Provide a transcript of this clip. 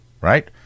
right